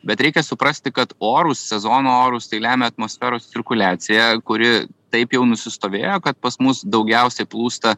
bet reikia suprasti kad orus sezono orus tai lemia atmosferos cirkuliacija kuri taip jau nusistovėjo kad pas mus daugiausiai plūsta